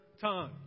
tongue